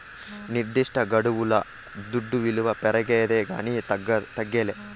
నిర్దిష్టగడువుల దుడ్డు విలువ పెరగతాదే కానీ తగ్గదేలా